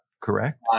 correct